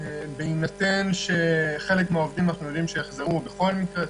בהינתן שחלק מהעובדים יחזרו בכל מקרה,